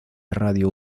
radio